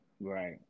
right